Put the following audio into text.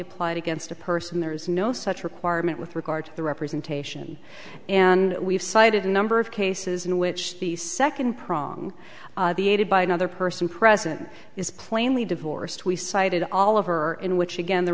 applied against a person there is no such requirement with regard to the representation and we've cited a number of cases in which the second prong the aided by another person present is plainly divorced we sighted all over in which again the